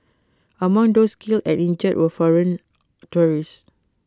among those killed and injured were foreign tourists